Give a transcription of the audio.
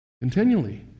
continually